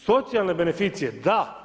Socijalne beneficije, da.